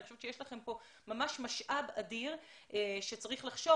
אני חושבת שיש לכם כאן ממש משאב אדיר שצריך לחשוב